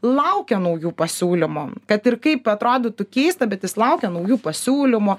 laukia naujų pasiūlymų kad ir kaip atrodytų keista bet jis laukia naujų pasiūlymų